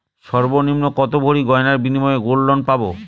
সর্বনিম্ন কত ভরি গয়নার বিনিময়ে গোল্ড লোন পাব?